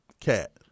cat